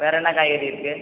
வேறு என்ன காய்கறி இருக்குது